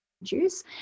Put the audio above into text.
juice